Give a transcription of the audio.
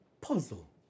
puzzle